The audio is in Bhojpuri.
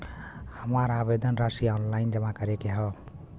हमार आवेदन राशि ऑनलाइन जमा करे के हौ?